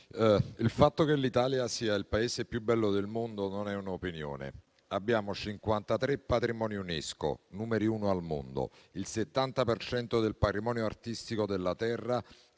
il fatto che l'Italia sia il Paese più bello del mondo non è un'opinione: abbiamo 53 siti UNESCO, siamo numeri uno al mondo, il 70 per cento del patrimonio artistico della terra